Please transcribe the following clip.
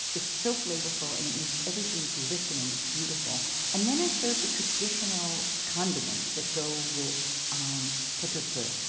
it's so flavorful and it makes everything glisten and it's beautiful and then i serve the traditional condiments that go with um pot-au-feu.